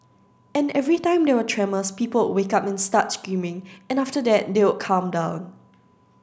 and every time there were tremors people wake up and start screaming and after that they'll calm down